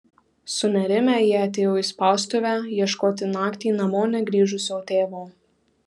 sunerimę jie atėjo į spaustuvę ieškoti naktį namo negrįžusio tėvo